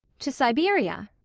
to siberia?